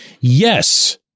yes